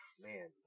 man